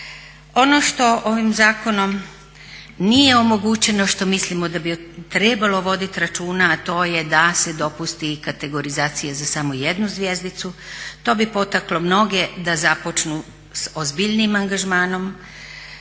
Ono što ovim zakonom nije omogućeno što mislimo da bi trebalo voditi računa a to je da se dopusti i kategorizacija za samo jednu zvjezdicu. To bi potaklo mnoge da započnu s ozbiljnijim angažmanom